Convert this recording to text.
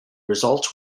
results